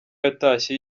yatashye